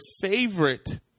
favorite